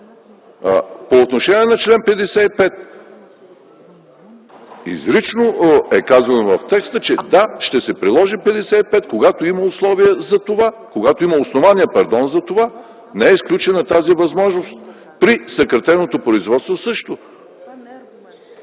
По отношение на чл. 55. Изрично е казано в текста, че – да, чл. 55 ще се прилага, когато има основания за това. Не е изключена тази възможност, при съкратеното производство – също.